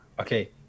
Okay